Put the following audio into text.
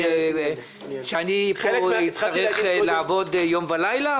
שאני אצטרך לעבוד יום ולילה,